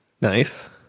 Nice